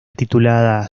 titulada